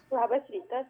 labas rytas